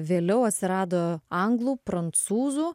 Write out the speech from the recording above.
vėliau atsirado anglų prancūzų